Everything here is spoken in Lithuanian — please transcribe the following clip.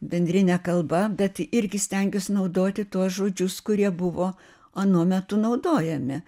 bendrine kalba bet irgi stengiuosi naudoti tuos žodžius kurie buvo anuo metu naudojami